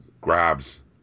grabs